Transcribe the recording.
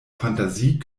fantasie